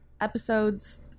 episodes